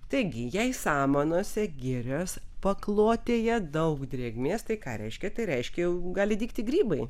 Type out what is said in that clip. taigi jei samanose girios paklotėje daug drėgmės tai ką reiškia tai reiškia jau gali dygti grybai